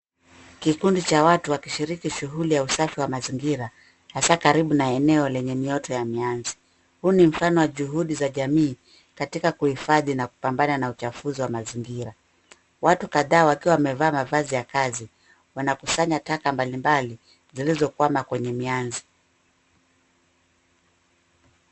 Kikundi cha watu wakishiriki shughuli ya usafi wa mazingira, hasa karibu na eneo lenye mioto ua mianzi. Huu ni mfano wa juhudi za jamii katika kuhifadhi wa kupambana na uchafuzi na mazingira. Watu kadhaa wakiwa wamevaa mavazi ya kazi wanakusanya taka mbalimbali zilizokwama kwenye mianzi.